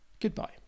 goodbye